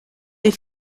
les